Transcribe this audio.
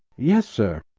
yes, sir.